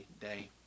day